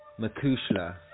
Makushla